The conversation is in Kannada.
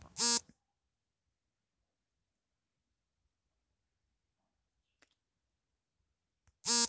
ಕಲ್ಟಿಪ್ಯಾಕರ್ ಕೃಷಿಯಂತ್ರವಾಗಿದ್ದು ಮಣ್ಣುನಲ್ಲಿರುವ ಗಟ್ಟಿ ಇಂಟೆಗಳನ್ನು ಪುಡಿ ಮಾಡತ್ತದೆ